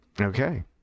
okay